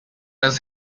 else